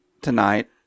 tonight